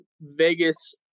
Vegas